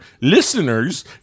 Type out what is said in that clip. Listeners